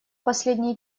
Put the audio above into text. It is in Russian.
последние